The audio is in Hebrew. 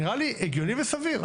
נראה לי הגיוני וסביר.